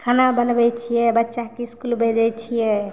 खाना बनबै छिए बच्चाके इसकुल भेजै छिए